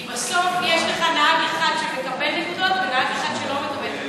כי בסוף יש לך נהג אחד שמקבל נקודות ונהג אחד שלא מקבל,